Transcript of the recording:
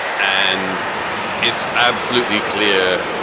and it's absolutely clear,